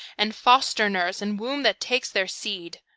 and foster-nurse, and womb that takes their seed.